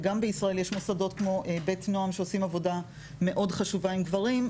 וגם בישראל יש מוסדות כמו בית נועם שעושים עבודה מאוד חשובה עם גברים.